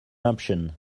option